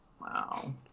Wow